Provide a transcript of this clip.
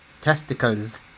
Testicles